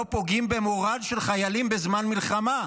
לא פוגעים במורל של חיילים בזמן מלחמה.